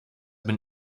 been